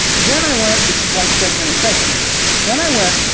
then i went this is like segmenting customers then i went,